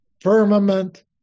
Firmament